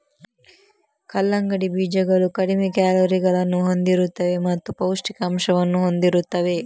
ಕಲ್ಲಂಗಡಿ ಬೀಜಗಳು ಕಡಿಮೆ ಕ್ಯಾಲೋರಿಗಳನ್ನು ಹೊಂದಿರುತ್ತವೆ ಮತ್ತು ಪೌಷ್ಠಿಕಾಂಶವನ್ನು ಹೊಂದಿರುತ್ತವೆ